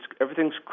everything's